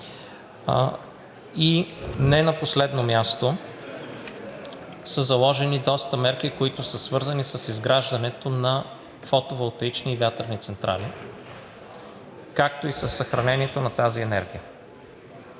И не на последно място, са заложени доста мерки, които са свързани с изграждането на фотоволтаични и вятърни централи, както и със съхранението на тази енергия.